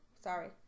Sorry